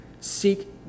seek